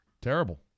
Terrible